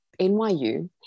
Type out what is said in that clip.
NYU